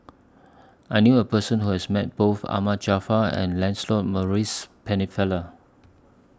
I knew A Person Who has Met Both Ahmad Jaafar and Lancelot Maurice Pennefather